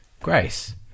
grace